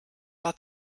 war